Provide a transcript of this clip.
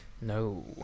No